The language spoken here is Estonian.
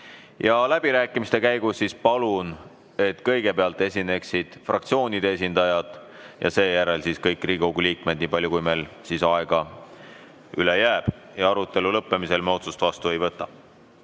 et läbirääkimiste käigus kõigepealt esineksid fraktsioonide esindajad ja seejärel teised Riigikogu liikmed, niipalju kui meil siis aega üle jääb. Arutelu lõppemisel me otsust vastu ei võta.